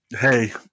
hey